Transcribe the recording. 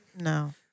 No